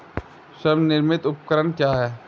स्वनिर्मित उपकरण क्या है?